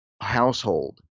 household